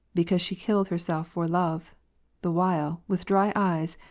because she killed herself for love the while, with dry eyes,